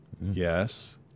Yes